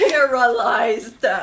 Paralyzed